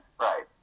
right